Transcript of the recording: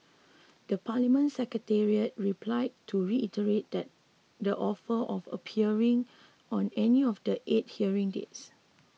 the Parliament Secretariat replied to reiterate that the offer of appearing on any of the eight hearing dates